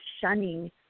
shunning